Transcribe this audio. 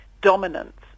dominance